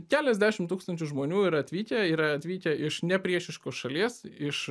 keliasdešim tūkstančių žmonių yra atvykę yra atvykę iš ne priešiškos šalies iš